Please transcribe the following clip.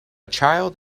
child